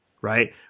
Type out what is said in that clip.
right